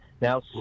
Now